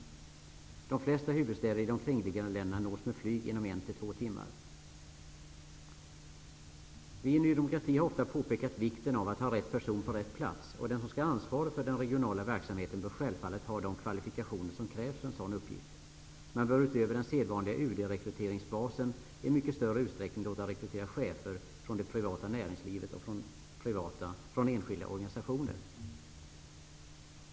De flesta huvudstäder i de kringliggande länderna nås med flyg inom en--två timmar. Vi i Ny demokrati har ofta påpekat vikten av att ha rätt person på rätt plats. Den som skall ha ansvaret för den regionala verksamheten bör självfallet ha de kvalifikationer som krävs för en sådan uppgift. Man bör utöver den sedvanliga UD rekryteringsbasen i mycket större utsträckning låta rekrytera chefer från det privata näringslivet och från enskilda organisationer.